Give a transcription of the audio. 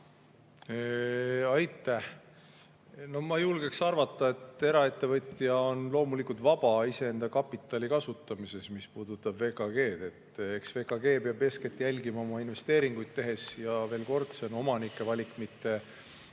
Aitäh! Ma julgeks arvata, et eraettevõtja on loomulikult vaba iseenda kapitali kasutamisel. See puudutab VKG‑d. Eks VKG peab eeskätt jälgima oma investeeringuid tehes – veel kord, see on omanike valik, mitte